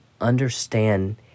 understand